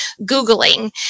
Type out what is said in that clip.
Googling